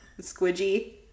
Squidgy